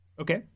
Okay